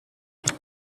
there